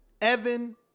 Evan